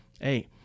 hey